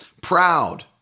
proud